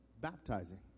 baptizing